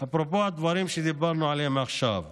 אפרופו הדברים שדיברנו עליהם עכשיו,